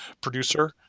producer